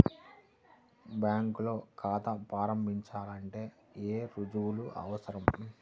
బ్యాంకులో ఖాతా ప్రారంభించాలంటే ఏ రుజువులు అవసరం?